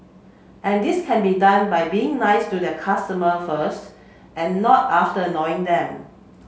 and this can be done by being nice to their customer first and not after annoying them